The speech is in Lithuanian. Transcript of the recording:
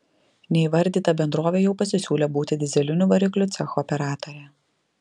neįvardyta bendrovė jau pasisiūlė būti dyzelinių variklių cecho operatore